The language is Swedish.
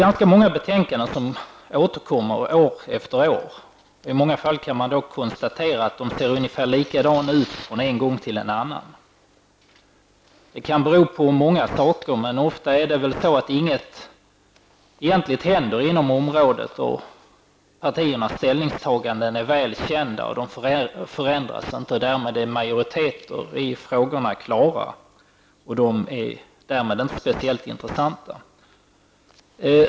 Ganska många betänkanden återkommer år efter år. I många fall kan man konstatera att de alltid ser ut på ungefär samma sätt. Detta kan bero på många faktorer, men ofta är väl orsaken att det egentligen inte händer någonting på området. Partiernas ställningstaganden är väl kända och förändras inte. Därmed är majoriteten i frågorna klar och på så sätt blir dessa inte speciellt intressanta.